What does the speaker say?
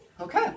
Okay